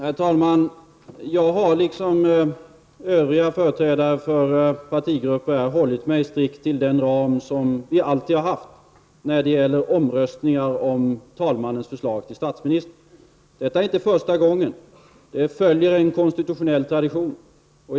Herr talman! Jag har, liksom de övriga företrädarna för partigrupperna, hållit mig strikt inom den ram som vi alltid har haft när det gäller omröstning om talmannens förslag till statsminister. Detta är inte första gången. Det är en konstitutionell tradition som följs.